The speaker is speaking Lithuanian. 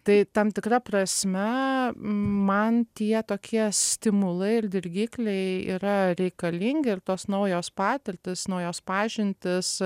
tai tam tikra prasme man tie tokie stimulai ir dirgikliai yra reikalingi ir tos naujos patirtys naujos pažintys